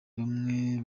bamwe